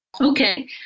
Okay